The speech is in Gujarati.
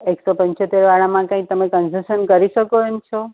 એકસો પંચોતેર વાળામાં કઈ તમે કન્સેશન કરી શકો એમ છો